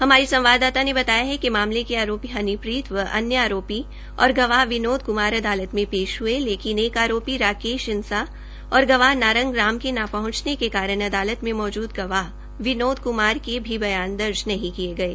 हमारी संवाददाता ने बताया कि मामले की आरोपी हनीप्रीत व अन्य आरोपी और गवाह विनोद क्मार अदालत में पेश हये लेकिन एक आरोपी राकेश इंसा और गवाह नारंग राम के न पहंचने के कारण अदालत में मौजूद गवाह विनोद क्मार के भी बयान दर्ज नहीं किये गये